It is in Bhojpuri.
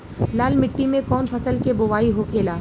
लाल मिट्टी में कौन फसल के बोवाई होखेला?